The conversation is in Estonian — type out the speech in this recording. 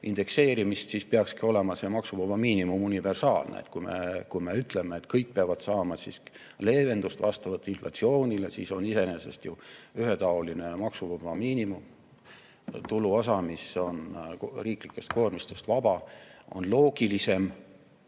indekseerimist, siis peakski olema see maksuvaba miinimum universaalne. Kui me ütleme, et kõik peavad saama leevendust vastavalt inflatsioonile, siis on iseenesest ühetaoline maksuvaba miinimum, tuluosa, mis on riiklikest koormistest vaba, loogilisem